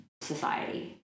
society